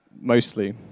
mostly